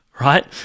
right